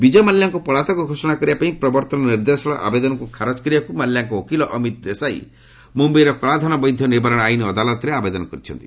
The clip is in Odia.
ବିକୟ ମାଲ୍ୟାଙ୍କୁ ପଳାତକ ଘୋଷଣା କରିବା ପାଇଁ ପ୍ରବର୍ତ୍ତନ ନିର୍ଦ୍ଦେଶାଳୟର ଆବେଦନକୁ ଖାରଜ କରିବାକୁ ମାଲ୍ୟାଙ୍କର ଓକିଲ ଅମିତ ଦେଶାଇ ମୁମ୍ୟାଇର କଳାଧନ ବୈଧ ନିବାରଣ ଆଇନ ଅଦାଲତରେ ଆବେଦନ କରିଛନ୍ତି